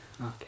Okay